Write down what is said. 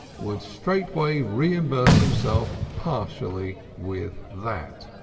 would straightway reimburse himself partially with that.